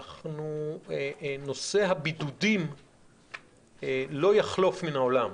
נושא הבידודים לא יחלוף מן העולם.